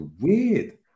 weird